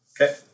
Okay